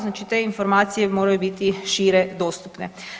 Znači te informacije moraju biti šire dostupne.